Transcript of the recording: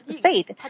faith